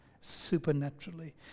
supernaturally